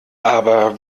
aber